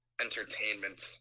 Entertainment